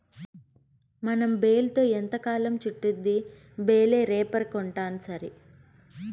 మనం బేల్తో ఎంతకాలం చుట్టిద్ది బేలే రేపర్ కొంటాసరి